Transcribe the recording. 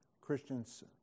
Christians